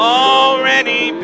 already